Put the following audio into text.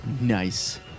Nice